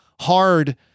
hard